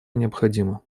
необходима